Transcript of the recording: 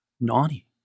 naughty